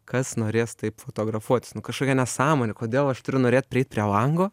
kas norės taip fotografuotis nu kažkokia nesąmonė kodėl aš turiu norėt prieit prie lango